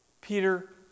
Peter